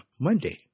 Monday